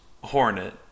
Hornet